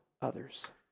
others